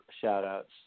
shout-outs